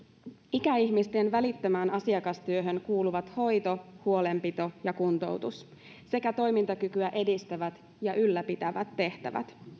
ikäihmisten välittömään asiakastyöhön kuuluvat hoito huolenpito ja kuntoutus sekä toimintakykyä edistävät ja ylläpitävät tehtävät